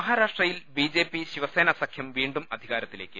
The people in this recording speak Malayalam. മഹാരാഷ്ട്രയിൽ ബിജെപി ശിവസേന് സഖ്യം വീണ്ടും അധികാരത്തിലേക്ക്